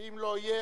ואם לא יהיה,